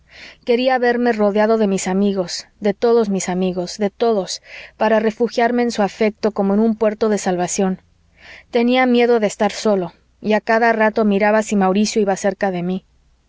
quería verme rodeado de mis amigos de todos mis amigos de todos para refugiarme en su afecto como en un puerto de salvación tenía miedo de estar solo y a cada rato miraba si mauricio iba cerca de mí